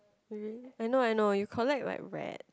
really I know I know you collect like rats